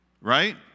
Right